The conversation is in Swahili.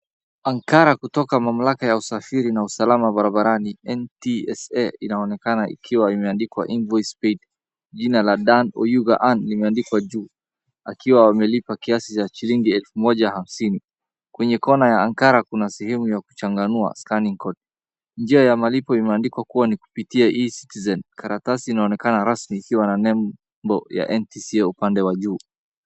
Ankara kutoka usafiri na usalama barabarani ni NTSA inaonekana ikiwa imeandikwa invoice paid , jina la Dan Oyuga Ann limeandikwa juu. Akiwa amelipa kiasi cha shillingi elfu moja hamsini. Kwenye kona ya Ankara kuna sehemu ya kuchanganua scanning code . Njia ya malipo imeandikwa kuwa ni kupitia ecitizen karatasi inaonekana rasmi ikiwa na lebo ya NTSA upande wa juu.